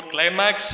Climax